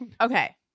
Okay